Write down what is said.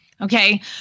Okay